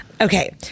Okay